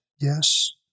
Yes